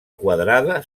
quadrada